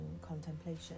contemplation